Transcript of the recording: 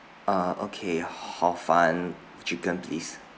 uh okay hor fun chicken please